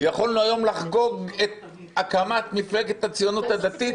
יכולנו לחגוג היום את הקמת מפלגת הציונות הדתית